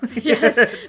Yes